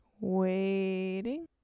waiting